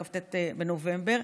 לכ"ט בנובמבר,